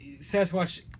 Sasquatch